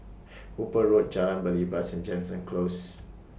Hooper Road Jalan Belibas and Jansen Close